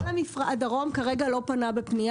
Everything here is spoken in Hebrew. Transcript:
נמל הדרום לא פנו בפניה